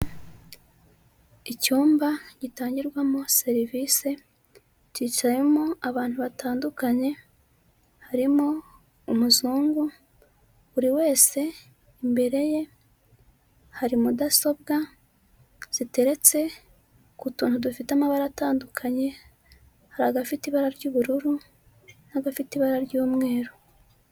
Icyumba gitangirwamo serivisi, kicayemo abantu batandukanye, harimo umuzungu, buri wese imbere ye hari mudasobwa ziteretse ku tuntu dufite amabara atandukanye, hari agafite ibara ry'ubururu n'agafite ibara ry'umweru.